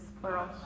plural